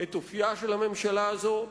את אופיה של הממשלה הזאת.